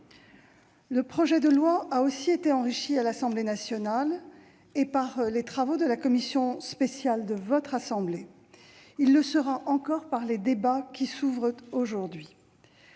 Il a aussi été enrichi à l'Assemblée nationale et par les travaux de la commission spéciale de votre assemblée. Il le sera encore par les débats qui s'ouvrent aujourd'hui.